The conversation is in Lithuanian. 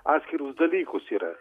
atskirus dalykus yra